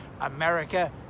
America